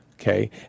okay